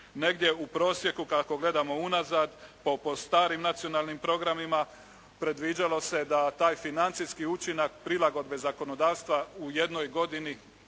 Negdje u prosjeku kako gledamo unazad po starim nacionalnim programima predviđalo se da taj financijski učinak prilagodbe zakonodavstva u jednoj godini